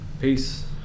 peace